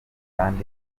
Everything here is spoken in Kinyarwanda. kandi